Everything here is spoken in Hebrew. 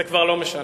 זה כבר לא משנה.